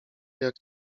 jak